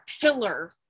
pillar